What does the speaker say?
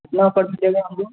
کتنا آفر دیجیے گا ہم کو